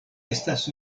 estas